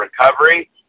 recovery